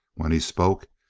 when he spoke,